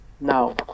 Now